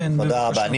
תודה רבה.